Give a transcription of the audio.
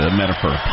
metaphor